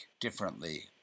differently